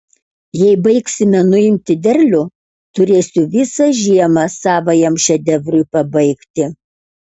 jei baigsime nuimti derlių turėsiu visą žiemą savajam šedevrui pabaigti